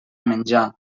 menjar